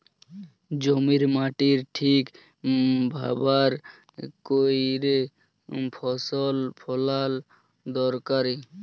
জমির মাটির ঠিক ব্যাভার ক্যইরে ফসল ফলাল দরকারি